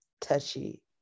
touchy